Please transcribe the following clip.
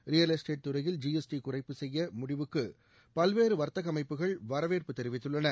real estate துறையில் GST குறைப்பு செய்யும் முடிவுக்கு பல்வேறு வா்த்தக அமைப்புகள் வரவேற்பு தெரிவித்துள்ளன